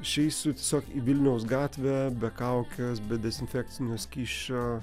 išeisiu tiesiog į vilniaus gatvę be kaukės be dezinfekcinio skysčio